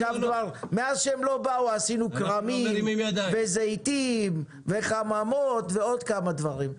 מאז שהם לא באו עשינו כרמים וזיתים וחממות ועוד כמה דברים.